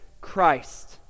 Christ